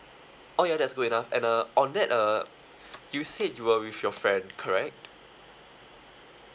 oh yeah that's good enough and uh on that uh you said you were with your friend correct